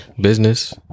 Business